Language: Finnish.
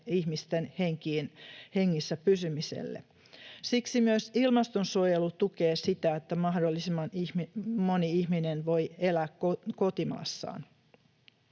ihmisten hengissä pysymiselle. Siksi myös ilmastonsuojelu tukee sitä, että mahdollisimman moni ihminen voi elää kotimaassaan.